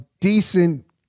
decent